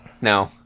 no